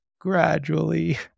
gradually